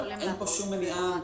אין פה שום מניעה מבחינתנו.